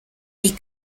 wie